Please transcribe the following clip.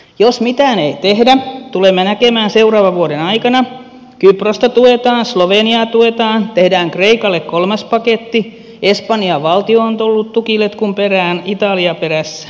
jos mitään ei tehdä tulemme näkemään seuraavan vuoden aikana että kyprosta tuetaan sloveniaa tuetaan tehdään kreikalle kolmas paketti espanjan valtio on tullut tukiletkun perään italia perässä ja niin edelleen